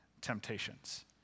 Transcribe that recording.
temptations